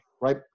Right